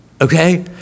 okay